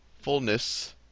fullness